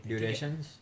Durations